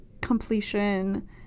completion